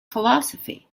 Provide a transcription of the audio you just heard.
philosophy